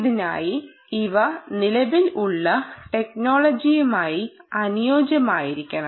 ഇതിനായി ഇവ നിലവിൽ ഉള്ള ടെക്നോളജിയുമായി അനുയോജ്യമായിരിക്കണം